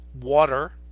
water